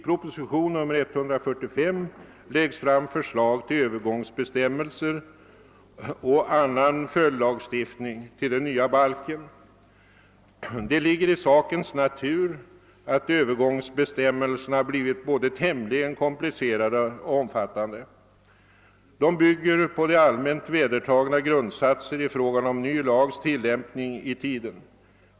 Proposition nr 145 innehåller förslag till övergångsbestämmelser och annan följdlagstiftning till den nya balken. Det ligger i sakens natur att övergångsbestämmelserna blivit både tämligen komplicerade och omfattande. De bygger på allmänt vedertagna grundsatser i fråga om ny lags tillämpning i tiden.